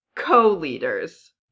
co-leaders